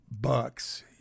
bucks